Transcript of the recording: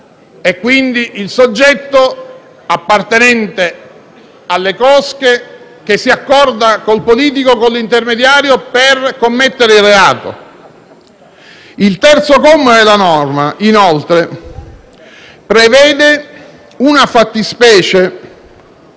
e, quindi, il soggetto appartenente alle cosche che si accorda con il politico o con l'intermediario per commettere il reato. Il terzo comma del medesimo articolo, inoltre, prevede una fattispecie